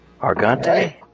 Argante